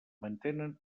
mantenen